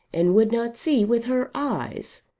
and would not see with her eyes.